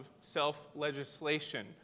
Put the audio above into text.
self-legislation